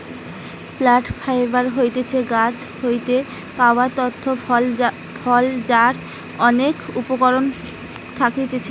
plant fibre হতিছে গাছ হইতে পাওয়া তন্তু ফল যার অনেক উপকরণ থাকতিছে